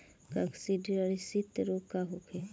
काकसिडियासित रोग का होखे?